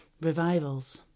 revivals